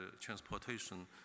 transportation